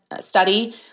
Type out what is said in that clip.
study